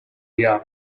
yao